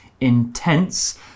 intense